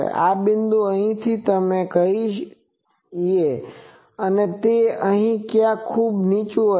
આ બિંદુ અહીં હશે તેમ કહીએ અને તે અહીં ક્યાંક ખૂબ નીચું હશે